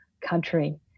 country